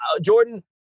Jordan